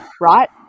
right